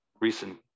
recent